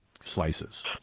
slices